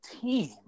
team